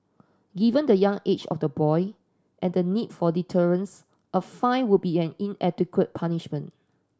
given the young age of the boy and the need for deterrence a fine would be an inadequate punishment